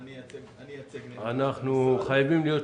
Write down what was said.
אני בכוונה בכל שקף אמרתי מה אנחנו עושים לתיקון.